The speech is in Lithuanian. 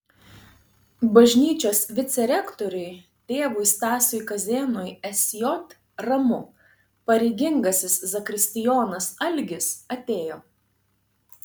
bažnyčios vicerektoriui tėvui stasiui kazėnui sj ramu pareigingasis zakristijonas algis atėjo